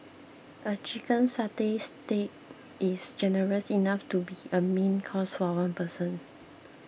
a Chicken Satay Stick is generous enough to be a main course for one person